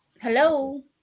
Hello